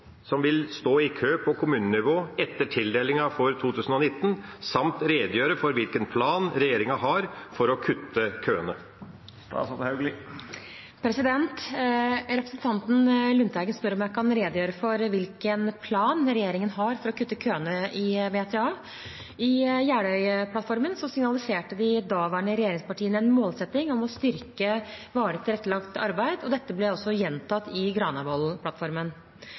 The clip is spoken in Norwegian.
i kø på kommunenivå etter tildelinga for 2019, samt redegjøre for hvilken plan regjeringa har for å kutte køene?» Representanten Lundteigen spør om jeg kan redegjøre for hvilken plan regjeringen har for å kutte køene i VTA. I Jeløya-plattformen signaliserte de daværende regjeringspartiene en målsetting om å styrke tilbudet om varig tilrettelagt arbeid. Dette ble gjentatt i